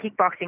kickboxing